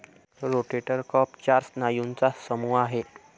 rotator cuff चार स्नायूंचा समूह आहे